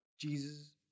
Jesus